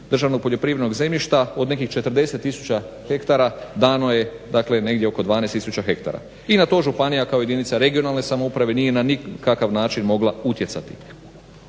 državnog poljoprivrednog zemljišta od nekih 40 tisuća hektara dano je negdje oko 12 tisuća hektara i na to županija kao jedinica regionalne samouprave nije na nikakav način mogla utjecati.